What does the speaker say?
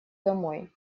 домой